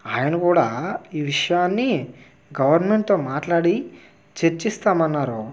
ఆయన కూడా ఈ విషయాన్ని గవర్నమెంట్తో మాట్లాడి చర్చిస్తామన్నారూ